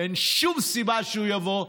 אין שום סיבה שהוא יבוא.